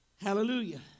Hallelujah